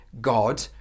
God